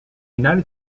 united